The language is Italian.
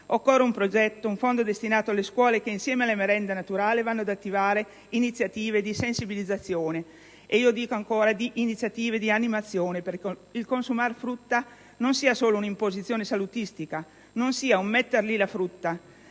Occorre un progetto, un fondo destinato alle scuole in modo che, insieme alle merende naturali, si vadano ad attivare iniziative di sensibilizzazione e, dico ancora, di iniziative di animazione, perché il consumare frutta non sia solo un'imposizione salutistica, non sia un metter lì la frutta.